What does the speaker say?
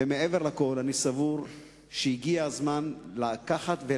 ומעבר לכול אני סבור שהגיע הזמן למפות